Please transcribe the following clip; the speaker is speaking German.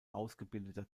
ausgebildeter